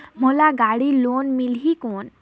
मोला गाड़ी लोन मिलही कौन?